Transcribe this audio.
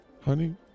Honey